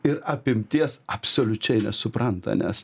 ir apimties absoliučiai nesupranta nes